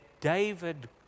David